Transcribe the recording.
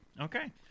Okay